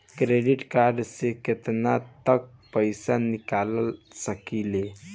Credit card से केतना तक पइसा निकाल सकिले?